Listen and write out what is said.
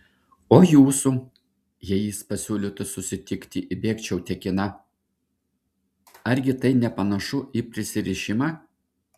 o jūsų jei jis pasiūlytų susitikti bėgčiau tekina argi tai nepanašu į prisirišimą